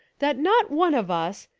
that not one of us,